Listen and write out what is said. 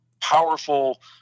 powerful